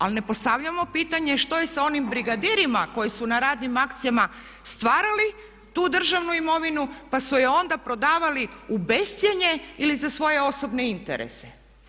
Ali ne postavljamo pitanje što je sa onim brigadirima koji su na radnim akcijama stvarali tu državnu imovinu pa su je onda prodavali u bescjenje ili za svoje osobne interese.